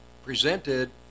presented